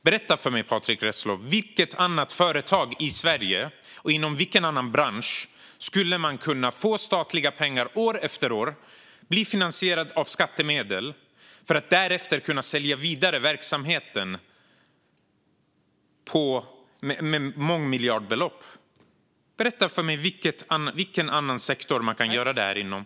Berätta för mig, Patrick Reslow, inom vilken annan bransch i Sverige man bli finansierad av skattemedel år efter år för att sedan kunna sälja verksamheten vidare för mångmiljardbelopp!